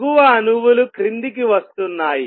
ఎగువ అణువులు క్రిందికి వస్తున్నాయి